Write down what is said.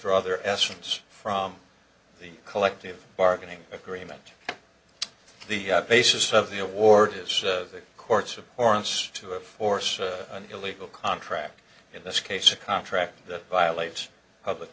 other essence from the collective bargaining agreement the have basis of the award is the courts of orange to enforce an illegal contract in this case a contract that violates public